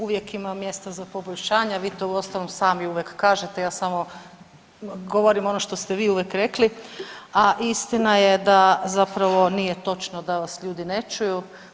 Uvijek ima mjesta za poboljšanja, vi to uostalom sami uvijek kažete, ja samo govorim ono što ste vi uvijek rekli, a istina je da zapravo nije točno da vas ljudi ne čuju.